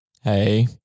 Hey